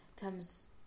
comes